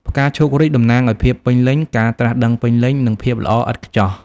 ផ្កាឈូករីក តំណាងឱ្យភាពពេញលេញ ការត្រាស់ដឹងពេញលេញ និងភាពល្អឥតខ្ចោះ។